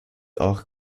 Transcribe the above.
auch